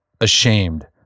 ashamed